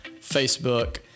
Facebook